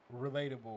relatable